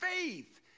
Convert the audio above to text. faith